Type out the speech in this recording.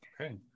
Okay